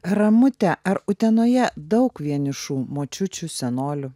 ramute ar utenoje daug vienišų močiučių senolių